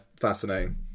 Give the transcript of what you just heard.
fascinating